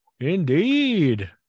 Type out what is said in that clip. Indeed